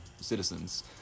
citizens